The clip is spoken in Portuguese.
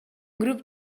grupo